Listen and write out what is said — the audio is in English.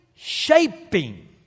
Shaping